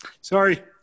Sorry